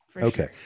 Okay